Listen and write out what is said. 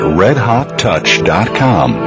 redhottouch.com